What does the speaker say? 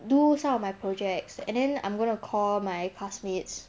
do some of my projects and then I'm gonna call my classmates